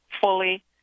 fully